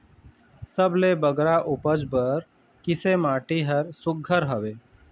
सबले बगरा उपज बर किसे माटी हर सुघ्घर हवे?